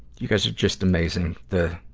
you guys are just amazing, the,